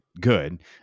Good